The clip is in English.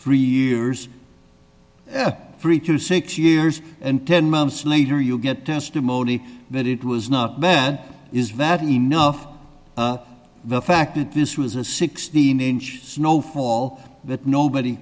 three years yeah three to six years and ten months later you'll get testimony that it was not bad is that enough the fact that this was a sixteen inch snow fall that nobody